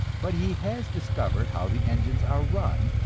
but he has discovered how the engines are run,